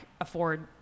afford